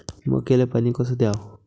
मक्याले पानी कस द्याव?